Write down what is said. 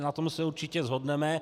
Na tom se určitě shodneme.